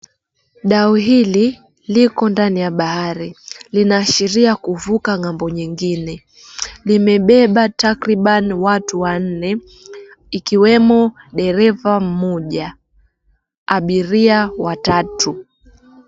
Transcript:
Dau hili liko ndani ya bahari. Linaashiria kuvuka ng'ambo nyengine. Limebeba takriban watu wanne ikiwemo dereva mmoja, abiria watatu.